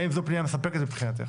האם זו פנייה מספקת מבחינתך?